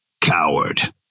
Coward